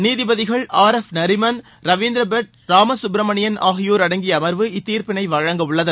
நீதிபதிகள் R F Nariman Ravindra Bhat Ramasubramanian ஆகியோர் அடங்கிய அமர்வு இத்தீர்ப்பினை வழங்கவுள்ளது